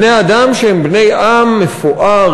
בני-אדם שהם בני עם מפואר,